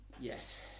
yes